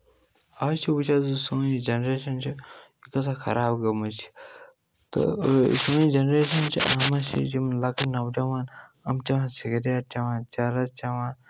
آز چھِ وٕچھان زِ سٲنۍ یہِ جَنریشَن چھِ یہِ کۭژاہ خراب گٔمٕژ چھِ تہٕ سٲنۍ جَنریشَن چھِ اَتھ منٛز چھِ یِم لۄکٕٹۍ نَوجَوان یِم چٮ۪وان سِگریٹ چٮ۪وان چَرٕس چٮ۪وان